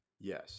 Yes